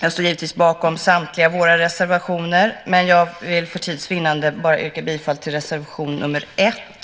Jag står givetvis bakom samtliga våra reservationer men vill för tids vinnande yrka bifall bara till reservation nr 1.